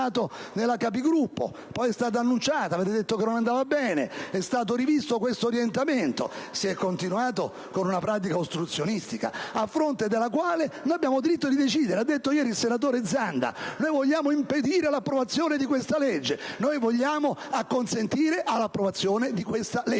poi è stata annunciata e avete detto che non andava bene, è stato rivisto questo orientamento e si è continuato con una pratica ostruzionistica a fronte della quale abbiamo diritto di decidere. Ha detto ieri il senatore Zanda: vogliamo impedire l'approvazione di questa legge. Noi vogliamo consentire l'approvazione di questa legge,